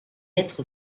être